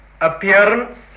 appearance